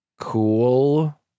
cool